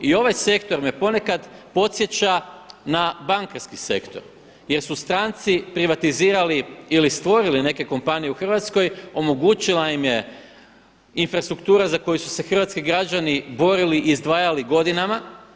I ovaj sektor me ponekad podsjeća na bankarski sektor jer su stranci privatizirali ili stvorili neke kompanije u Hrvatskoj, omogućila im je infrastruktura za koju su se hrvatski građani borili i izdvajali godinama.